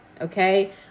Okay